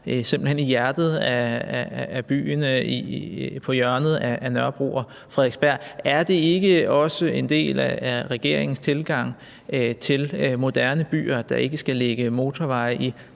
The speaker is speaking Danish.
simpelt hen er i hjertet af byen, på hjørnet af Nørrebro og Frederiksberg. Er det ikke også en del af regeringens tilgang til moderne byer, at der ikke skal ligge motorveje i